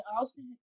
Austin